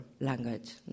language